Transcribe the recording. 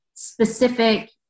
specific